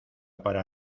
para